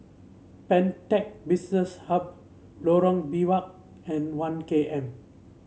Pantech Business Hub Lorong Biawak and One K M